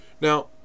now